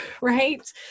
right